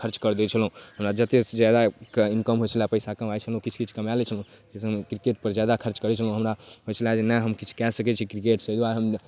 खर्च करि दै छलहुँ हमरा जतेक जादा इन्कम होइ छलै पइसा कमाइ छलहुँ किछु किछु कमा लै छलहुँ लेकिन किरकेटपर जादा खर्च करै छलहुँ हमरा होइ छलै जे नहि हम किछु कऽ सकै छी किरकेटसँ ताहि दुआरे हम